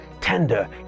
tender